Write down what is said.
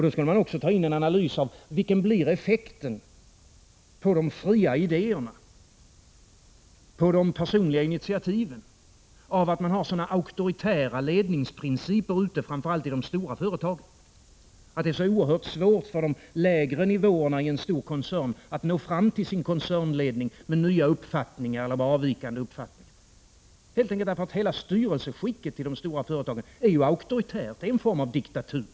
Då skulle man också ta in en analys av effekterna på de fria idéerna, på de personliga initiativen av att man har sådana auktoritära ledningsprinciper, framför allt på de stora företagen. Det är så oerhört svårt för de lägre nivåerna i en stor koncern att nå fram till sin koncernledning med nya eller avvikande uppfattningar, helt enkelt därför att hela styrelseskicket i de stora företagen är auktoritärt. Det är en form av diktatur.